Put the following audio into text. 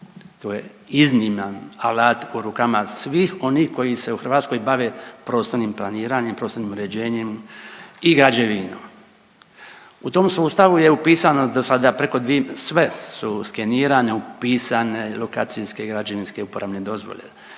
to je izniman alat u rukama svih onih koji se u Hrvatskoj bave prostornim planiranjem, prostornim uređenjem i građevinom. U tom sustavu je upisano do sada preko 2, sve su skenirane, upisane, lokacijske, građevinske, uporabne dozvole,